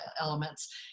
elements